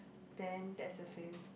then that's the same